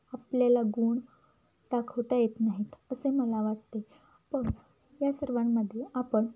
आपल्याला गुण दाखवता येत नाहीत असे मला वाटते पण या सर्वांमध्ये आपण